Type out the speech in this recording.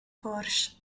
porsche